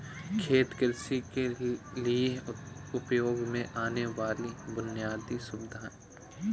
खेत कृषि के लिए उपयोग में आने वाली बुनयादी सुविधा है